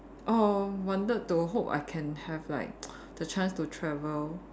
oh wanted to hope I can have like the chance to travel